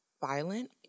violent